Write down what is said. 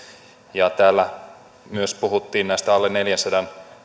täällä myös puhuttiin näistä alle neljänsadan